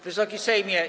Wysoki Sejmie!